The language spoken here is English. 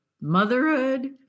motherhood